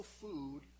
food